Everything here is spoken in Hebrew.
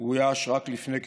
ואויש רק לפני כחודש?